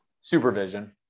Supervision